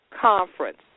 Conference